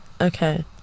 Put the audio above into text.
okay